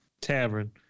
tavern